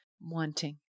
wanting